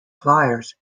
fliers